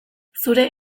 zure